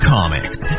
Comics